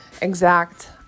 exact